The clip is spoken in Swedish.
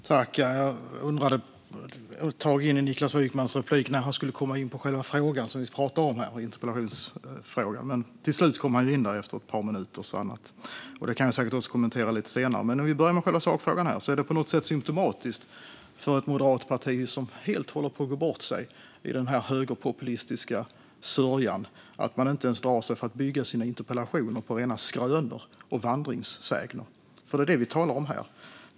Herr talman! Jag undrade ett tag in i Niklas Wykmans anförande när han skulle komma in på själva frågan i interpellationen som vi talar om här. Men efter att ett par minuter ha talat om annat kom han till slut in på den. Det kan jag säkert också kommentera lite senare. Vi börjar med att titta på sakfrågan här. Det är på något sätt symtomatiskt för ett moderat parti som helt håller på att gå bort sig i den högerpopulistiska sörjan att man inte ens drar sig för att bygga sina interpellationer på rena skrönor och vandringssägner, för det är vad vi talar om här.